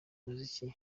muziki